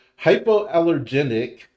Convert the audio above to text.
hypoallergenic